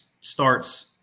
starts